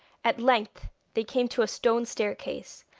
at length they came to a stone staircase,